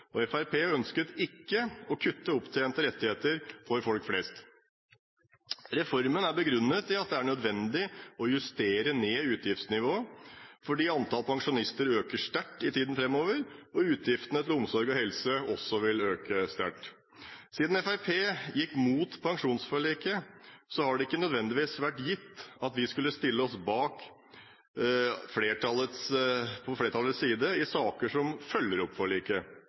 å kutte opptjente rettigheter for folk flest. Reformen er begrunnet i at det er nødvendig å justere ned utgiftsnivået fordi antallet pensjonister øker sterkt i tiden framover, og at utgiftene til helse og omsorg også vil øke sterkt. Siden Fremskrittspartiet gikk mot pensjonsforliket, har det ikke nødvendigvis vært gitt at vi skulle stille oss på